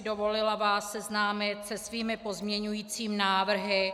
Dovolila bych si vás seznámit se svými pozměňujícími návrhy.